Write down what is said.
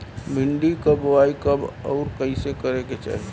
भिंडी क बुआई कब अउर कइसे करे के चाही?